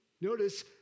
Notice